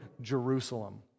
Jerusalem